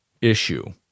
issue